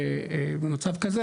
במצב כזה,